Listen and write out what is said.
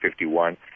51